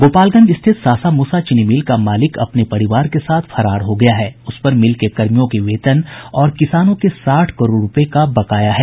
गोपालगंज स्थित सासामुसा चीनी मिल का मालिक अपने परिवार के साथ फरार हो गया है उसपर मिल के कर्मियों के वेतन और किसानों के साठ करोड़ रूपये का बकाया है